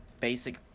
basic